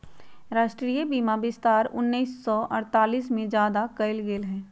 राष्ट्रीय बीमा विस्तार उन्नीस सौ अडतालीस में ज्यादा कइल गई लय